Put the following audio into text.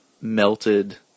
melted